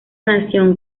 nación